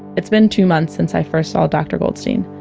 it's been two months since i first saw dr. goldstein.